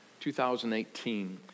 2018